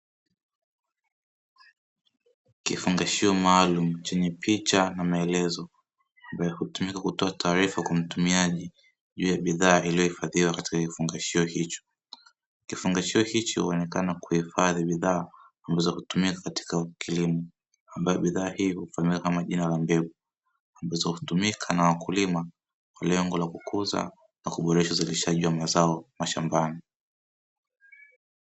Kifungashio maalumu chenye picha na maelezo ambayo hutumika kutoa taarifa kwa mtumiaji juu ya bidhaa iliyohifadhiwa katika kifungashio hicho, kifungashio hicho huonekana kuhifadhi bidhaa ambazo hutumika katika kilimo, ambayo bidhaa hiyo hufahamika kama jina la mbegu ambazo hutumika na wakulima kwa lengo la kukuza na kuboresha uzalishaji wa mazao mashambani.